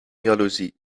jaloezie